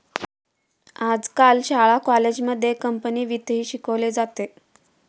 आजकाल शाळा कॉलेजांमध्ये कंपनी वित्तही शिकवले जाते